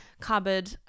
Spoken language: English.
cupboard